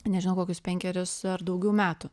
nežinau kokius penkerius ar daugiau metų